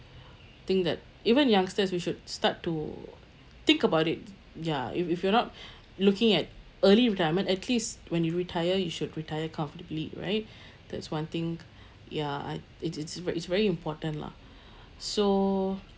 thing that even youngsters we should start to think about it ya if if you're not looking at early retirement at least when you retire you should retire comfortably right that's one thing ya I it's it's ver~ very it's very important lah so